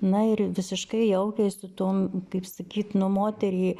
na ir visiškai jaukiai su tuom kaip sakyt nu moterį